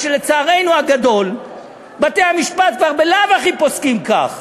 כי לצערנו הגדול בתי-המשפט כבר בלאו הכי פוסקים כך.